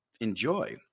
enjoy